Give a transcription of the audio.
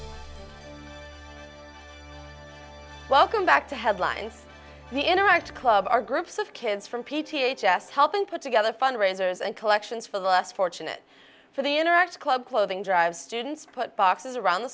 card welcome back to headlines we interact club are groups of kids from p t a just helping put together fundraisers and collections for the less fortunate for they interact club clothing drives students put boxes around the